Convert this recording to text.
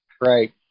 Right